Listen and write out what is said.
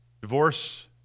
Divorce